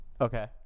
Okay